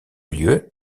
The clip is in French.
lieu